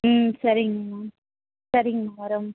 ம் சரிங்கம்மா சரிங்கம்மா வரோம்